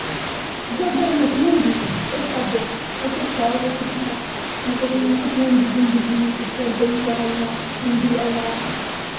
जियां जन्नत नी होंदी उस हिसाबे दी फोटो खचाओ तुस उत्तें मतलव इयां सकून दी जिन्दगी उप्पर बेहियै इयां ठंडी हवा